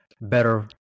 better